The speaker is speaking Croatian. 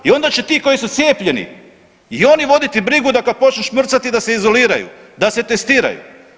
I onda će ti koji su cijepljeni i oni voditi brigu da kad počnu šmrcati da se izoliraju, da se testiraju.